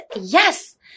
yes